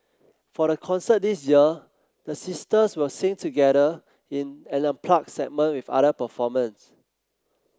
for the concert this year the sisters will sing together in an unplugged segment with other performers